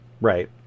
Right